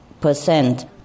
percent